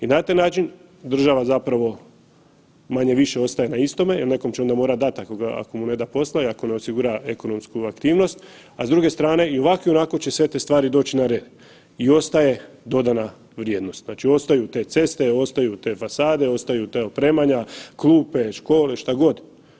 I na taj način država zapravo manje-više ostaje na istome jer nekom će onda morati dat ako mu ne da posla i ako ne osigura ekonomsku aktivnost, a s druge strane i ovako i onako će sve te stvari doći na red i ostaje dodatna vrijednost, znači ostaju te ceste, ostaju te fasade, ostaju ta opremanja, klupe, škole, šta god.